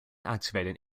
activating